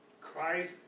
Christ